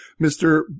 Mr